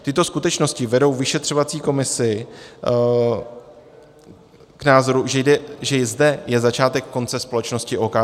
Tyto skutečnosti vedou vyšetřovací komisi k názoru, že zde je začátek konce společnosti OKD.